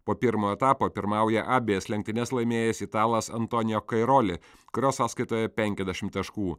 po pirmo etapo pirmauja abejas lenktynes laimėjęs italas antonijo kairoli kurio sąskaitoje penkiasdešimt taškų